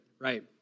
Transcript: Right